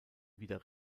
wieder